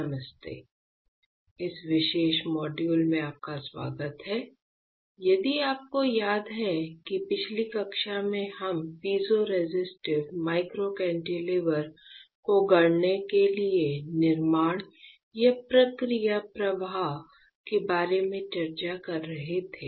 नमस्ते इस विशेष मॉड्यूल में आपका स्वागत है यदि आपको याद है कि पिछली कक्षा में हम पीज़ोरेसिस्टिव माइक्रो कैंटिलीवर को गढ़ने के लिए निर्माण या प्रक्रिया प्रवाह के बारे में चर्चा कर रहे थे